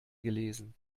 gelesen